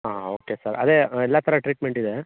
ಹಾಂ okay sir ಅದೇ ಎಲ್ಲ ಥರ ಟ್ರೀಟ್ಮೆಂಟ್ ಇದೆ